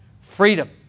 Freedom